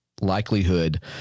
likelihood